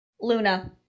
luna